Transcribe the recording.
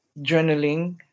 journaling